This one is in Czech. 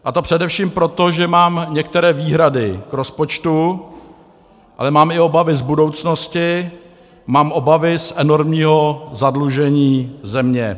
A to především proto, že mám některé výhrady k rozpočtu, ale mám i obavy z budoucnosti, mám obavy z enormního zadlužení země.